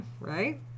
Right